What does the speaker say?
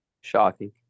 Shocking